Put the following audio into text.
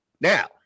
Now